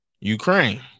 Ukraine